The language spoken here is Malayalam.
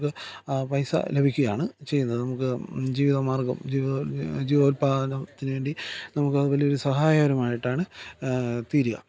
നമുക്ക് പൈസ ലഭിക്കാണ് ചെയ്യുന്നത് നമുക്ക് ജീവിതം മാർഗ്ഗം ജീവിതം ജീവിതോല്പാദനത്തിനു വേണ്ടി നമുക്ക് അതൊരു വലിയ സഹായകരപരമായിട്ടാണ് തീരുക